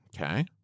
Okay